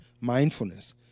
mindfulness